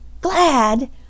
Glad